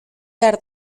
behar